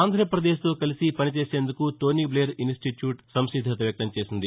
ఆంధ్రాపదేశ్తో కలిసి పని చేసేందకు టోనీ బ్లెయిర్ ఇన్స్టిట్యూట్ సంసిద్దత వ్యక్తం చేసింది